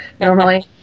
normally